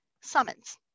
summons